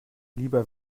lieber